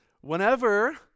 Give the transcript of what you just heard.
Whenever